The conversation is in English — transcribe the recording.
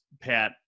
Pat